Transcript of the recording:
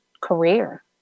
career